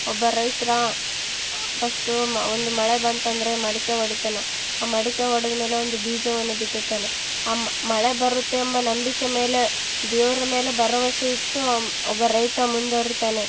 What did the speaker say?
ಒಬ್ಬ ರೈತ್ರ ಫಸ್ಟು ಮ ಒಂದು ಮಳೆ ಬಂತಂದರೆ ಮಡಿಕೆ ಹೊಡಿತನ ಆ ಮಡಿಕೆ ಹೊಡದ ಮೇಲೆ ಒಂದು ಬೀಜವನ್ನು ಬಿತ್ತುತ್ತಾನೆ ಮಳೆ ಬರುತ್ತೆ ಎಂಬ ನಂಬಿಕೆ ಮೇಲೆ ದೇವರ ಮೇಲೆ ಭರವಸೆ ಇಟ್ಟು ಒಬ್ಬ ರೈತ ಮುಂದ್ವರಿತಾನೆ